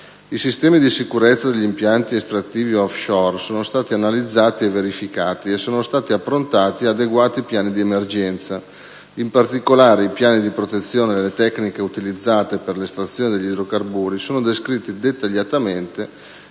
I sistemi di sicurezza degli impianti estrattivi *offshore* sono stati analizzati e verificati e sono stati approntati adeguati piani di emergenza. In particolare, i piani di protezione e le tecniche utilizzate per l'estrazione degli idrocarburi sono descritti dettagliatamente